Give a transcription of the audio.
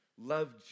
Love